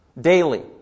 daily